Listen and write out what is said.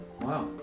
Wow